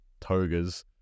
toga's